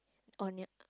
on your